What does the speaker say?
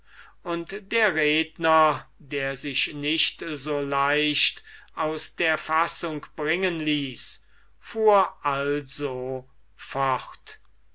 und der redner der sich nicht so leicht aus der fassung bringen ließ fuhr also fort